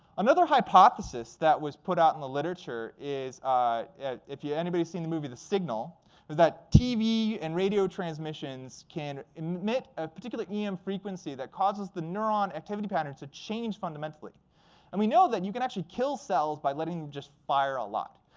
another hypothesis that was put out in the literature is if yeah anybody seen the movie the signal, is that tv and radio transmissions can emit a particular em frequency that causes the neuron activity patterns to change fundamentally and we know that you can actually kill cells by letting them just fire a lot.